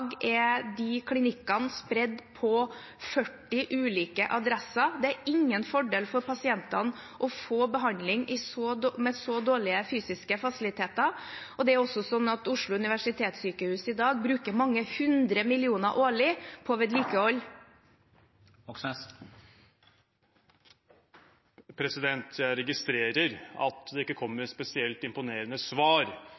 er de klinikkene spredd på 40 ulike adresser. Det er ingen fordel for pasientene å få behandling med så dårlige fysiske fasiliteter, og det er også sånn at Oslo universitetssykehus i dag bruker mange hundre millioner årlig på vedlikehold. Bjørnar Moxnes – til oppfølgingsspørsmål. Jeg registrerer at det ikke kommer